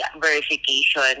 verification